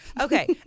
okay